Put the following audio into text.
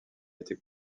été